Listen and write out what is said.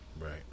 right